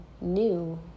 new